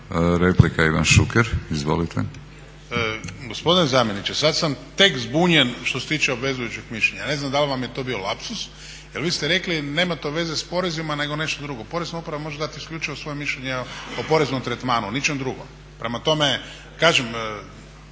Replika, Ivan Šuker. Izvolite.